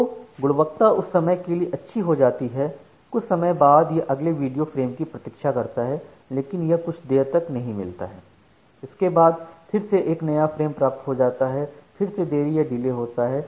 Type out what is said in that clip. तो गुणवत्ता कुछ समय के लिए अच्छी हो जाती है कुछ समय बाद यह अगले वीडियो फ्रेम की प्रतीक्षा करता है लेकिन यह कुछ देर तक नहीं मिलता है इसके बाद फिर से एक नया फ्रेम प्राप्त हो जाता है फिर से देरी या डिले होता है